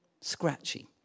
scratchy